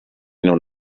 non